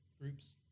groups